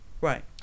Right